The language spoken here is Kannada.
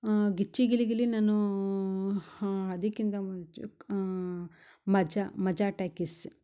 ಗಿಚ್ಚಿ ಗಿಲಿ ಗಿಲಿ ನಾನು ಅದಕ್ಕಿಂತ ಮುಂಚಕ್ ಮಜಾ ಮಜಾ ಟಾಕೀಸ್